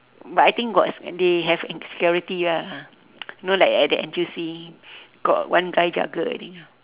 but I think got they have security ah you know like at the N_T_U_C got one guy jaga